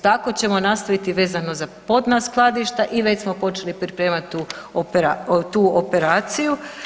Tako ćemo nastaviti i vezano za podna skladišta i već smo počeli pripremat tu operaciju.